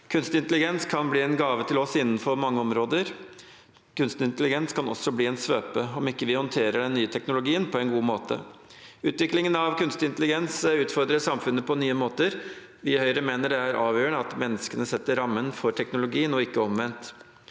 Kunstig intelligens kan bli en gave til oss innenfor mange områder. Kunstig intelligens kan også bli en svøpe om vi ikke håndterer den nye teknologien på en god måte. Utviklingen av kunstig intelligens utfordrer samfunnet på nye måter. Vi i Høyre mener det er avgjørende at menneskene setter rammen for teknologien og ikke omvendt.